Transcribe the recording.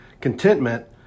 Contentment